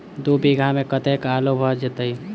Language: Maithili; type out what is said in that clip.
दु बीघा मे कतेक आलु भऽ जेतय?